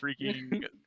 freaking